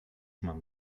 mam